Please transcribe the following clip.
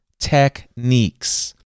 techniques